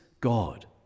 god